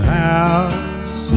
house